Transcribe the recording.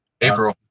april